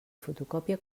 fotocòpia